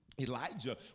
Elijah